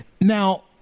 Now